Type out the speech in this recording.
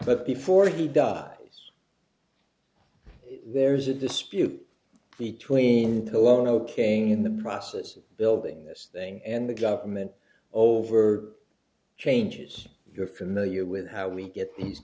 but before he dies there's a dispute between the loan of cain in the process of building this thing and the government over changes you're familiar with how we get these